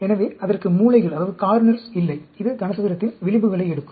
எனவே அதற்கு மூலைகள் இல்லை இது கனசதுரத்தின் விளிம்புகளை எடுக்கும்